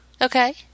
Okay